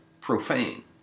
profane